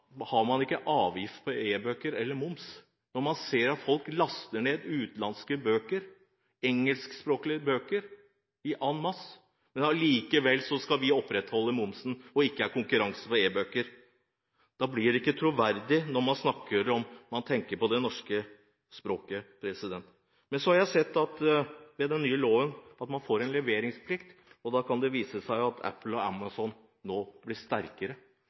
når man laster ned utenlandske bøker – bøker på engelsk – en masse. Allikevel skal vi opprettholde momsen og ikke ha konkurranse når det gjelder e-bøker. Da blir det ikke troverdig når man snakker om at man har det norske språket i tankene. Med den nye loven får man en leveringsplikt. Da kan det vise seg at Apple og Amazon blir sterkere.